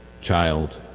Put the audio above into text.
Child